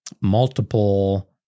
multiple